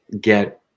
get